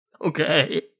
Okay